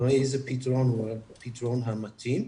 ואיזה פתרון הוא הפתרון המתאים,